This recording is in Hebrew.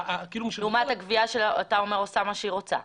לעומת הגבייה שאתה אומר שעושה מה שהיא רוצה.